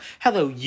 Hello